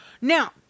Now